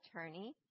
attorney